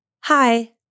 hi